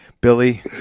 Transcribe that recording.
Billy